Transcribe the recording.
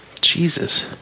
Jesus